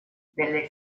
delle